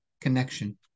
connection